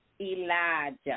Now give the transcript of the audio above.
Elijah